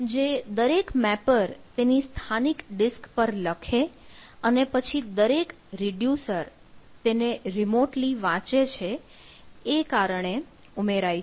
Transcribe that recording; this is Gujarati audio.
જે દરેક મેપર તેની સ્થાનિક ડિસ્ક પર લખે અને પછી દરેક રિડ્યુસર તેને રિમોટલી વાંચે છે એ કારણે ઉમેરાય છે